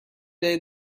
day